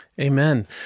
Amen